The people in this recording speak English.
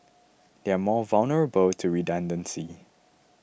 they are more vulnerable to redundancy